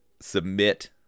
submit